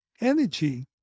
energy